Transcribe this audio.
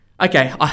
Okay